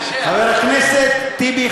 חבר הכנסת טיבי,